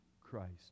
Christ